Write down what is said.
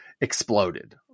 exploded